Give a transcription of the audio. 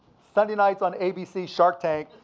sunday nights on abc, shark tank.